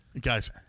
Guys